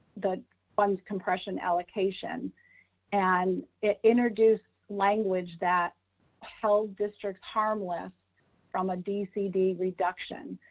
the funds compression allocation and introduced language that held districts harmless from a dcd reduction.